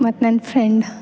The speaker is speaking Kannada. ಮತ್ತು ನನ್ನ ಫ್ರೆಂಡ್